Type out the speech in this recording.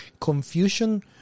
Confucian